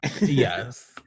yes